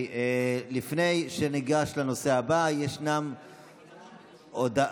לפני שניגש לנושא הבא, יש הודעה